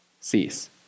cease